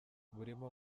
burimo